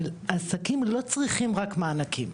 אבל עסקים לא צריכים רק מענקים.